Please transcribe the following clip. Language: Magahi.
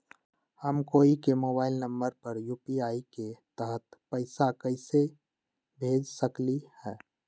हम कोई के मोबाइल नंबर पर यू.पी.आई के तहत पईसा कईसे भेज सकली ह?